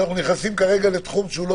שאנחנו נכנסים לתחום שהוא לא